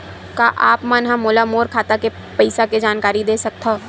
का आप मन ह मोला मोर खाता के पईसा के जानकारी दे सकथव?